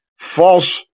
false